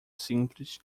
simples